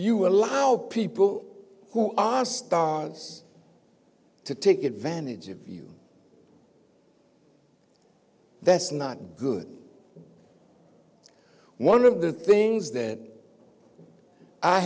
you allow people who are stars to take advantage of you that's not good one of the things that i